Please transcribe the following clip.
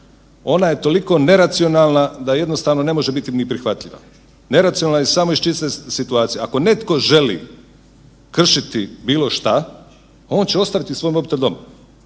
Ona je toliko neracionalna da jednostavno ne može biti ni prihvatljiva. Neracionalna je samo iz čiste situacije, ako netko želi kršiti bilo šta on će ostaviti svoj mobitel doma.